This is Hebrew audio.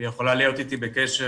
היא יכולה להיות איתי בקשר,